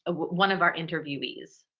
ah one of our interviewees.